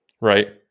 right